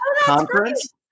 conference